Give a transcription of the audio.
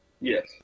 Yes